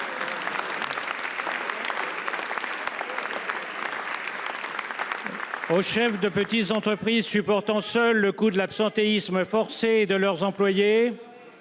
aux chefs de petites entreprises, disais-je, supportant seuls le coût de l'absentéisme forcé de leurs employés,